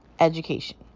education